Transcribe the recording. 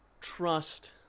trust